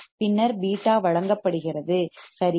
பின்னர் β வழங்கப்படுகிறது சரியா